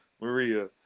Maria